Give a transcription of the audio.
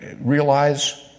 realize